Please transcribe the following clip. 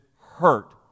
hurt